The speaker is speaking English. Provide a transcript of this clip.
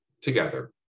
together